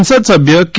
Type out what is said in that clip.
સંસદસભ્ય કે